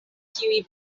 kiuj